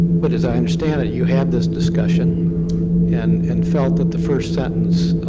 but as i understand ah you had this discussion and and felt that the first sentence